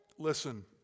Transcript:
Listen